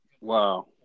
Wow